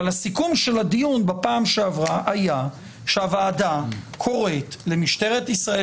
אבל הסיכום של הדיון בפעם שעברה היה שהוועדה קוראת למשטרת ישראל